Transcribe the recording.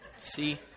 See